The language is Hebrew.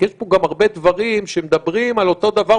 כי יש פה גם הרבה דברים שמדברים על אותו דבר,